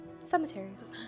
Cemeteries